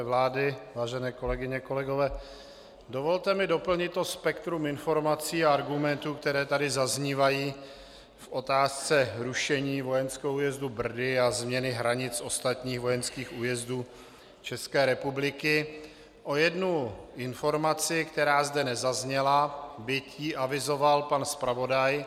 Členové vlády, vážené kolegyně, kolegové, dovolte mi doplnit to spektrum informací a argumentů, které tady zaznívají v otázce rušení vojenského újezdu Brdy a změny hranic ostatních vojenských újezdů České republiky, o jednu informaci, která zde nezazněla, byť ji avizoval pan zpravodaj.